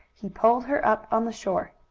he pulled her up on the shore.